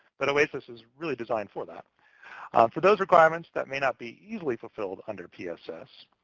but oasis is really designed for that for those requirements that may not be easily fulfilled under pss,